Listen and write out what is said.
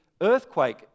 earthquake